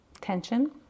tension